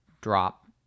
drop